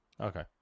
Okay